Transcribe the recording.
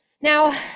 Now